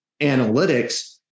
analytics